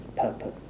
purpose